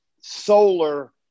solar